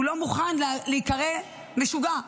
הוא לא מוכן להיקרא משוגע.